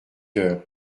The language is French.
heures